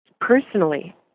personally